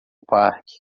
parque